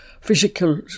physical